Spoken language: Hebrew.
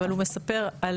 אלא הוא מספר על